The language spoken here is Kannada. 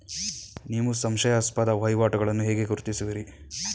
ನೀವು ಸಂಶಯಾಸ್ಪದ ವಹಿವಾಟುಗಳನ್ನು ಹೇಗೆ ಗುರುತಿಸುವಿರಿ?